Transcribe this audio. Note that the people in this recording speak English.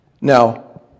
Now